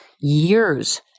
years